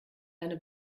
eine